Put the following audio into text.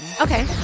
Okay